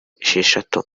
esheshatu